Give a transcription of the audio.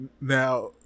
Now